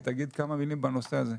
תגיד כמה מילים בנושא הזה.